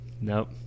Nope